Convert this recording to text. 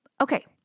Okay